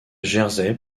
jersey